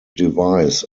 device